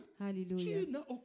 hallelujah